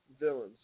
villains